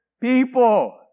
people